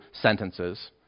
sentences